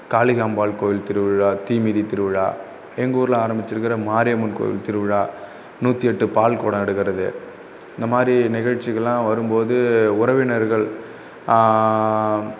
காளிகாம்பாள் கோயில் திருவிழா தீமிதி திருவிழா எங்கூரில் ஆரம்பித்திருக்கிற மாரியம்மன் கோயில் திருவிழா நூற்றியெட்டு பால்குடம் எடுக்கிறது இந்தமாதிரி நிகழ்ச்சிக்கு எல்லாம் வரும்போது உறவினர்கள்